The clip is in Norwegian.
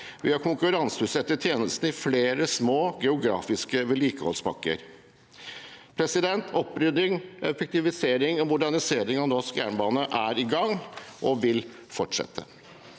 ved å konkurranseutsette tjenestene i flere små, geografiske vedlikeholdspakker. Opprydding, effektivisering og modernisering av norsk jernbane er i gang og vil fortsette.